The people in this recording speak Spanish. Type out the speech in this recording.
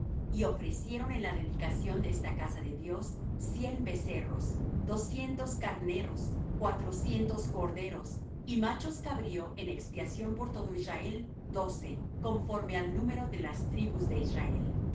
y ofrecieron en la dedicación de esta casa de dios cien becerros doscientos carneros cuatrocientos corderos y machos de cabrío en expiación por todo israel doce conforme al número de las tribus de israel